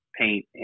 paint